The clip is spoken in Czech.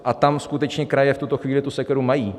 A tam skutečně kraje v tuto chvíli tu sekeru mají.